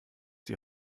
die